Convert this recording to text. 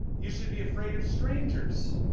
you should be afraid of strangers